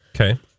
okay